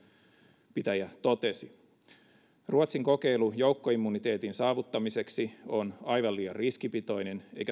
puheenpitäjä totesi ruotsin kokeilu joukkoimmuniteetin saavuttamiseksi on aivan liian riskipitoinen eikä